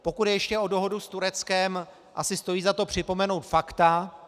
Pokud jde ještě o dohodu s Tureckem, asi stojí za to připomenout fakta.